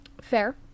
Fair